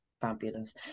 Fabulous